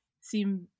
seem